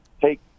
take